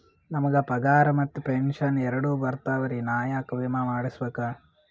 ನಮ್ ಗ ಪಗಾರ ಮತ್ತ ಪೆಂಶನ್ ಎರಡೂ ಬರ್ತಾವರಿ, ನಾ ಯಾಕ ವಿಮಾ ಮಾಡಸ್ಬೇಕ?